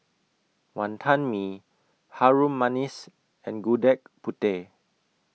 Wonton Mee Harum Manis and Gudeg Putih